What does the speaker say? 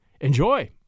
Enjoy